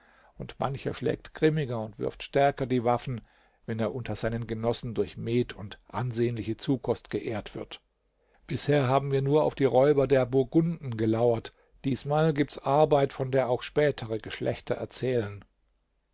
und mancher schlägt grimmiger und wirft stärker die waffen wenn er unter seinen genossen durch met und ansehnliche zukost geehrt wird bisher haben wir nur auf die räuber der burgunden gelauert diesmal gibt's arbeit von der auch spätere geschlechter erzählen